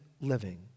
living